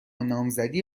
نامزدی